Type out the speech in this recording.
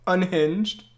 Unhinged